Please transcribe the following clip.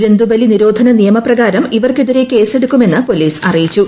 ജന്തുബലി നിരോധന നിയമപ്രകാരം ഇവർക്കെതിരെ കേസെടുക്കുമെന്ന് പൊലീസ് അറിയിച്ചു